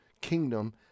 kingdom